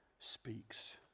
speaks